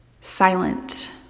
silent